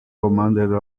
commander